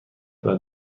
باید